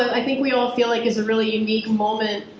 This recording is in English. i think we all feel like is a really unique moment,